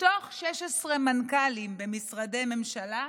מתוך 16 מנכ"לים במשרדי ממשלה,